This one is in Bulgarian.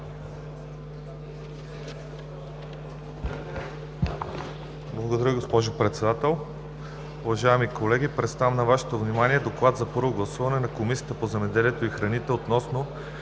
Благодаря, госпожо Председател.